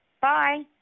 Bye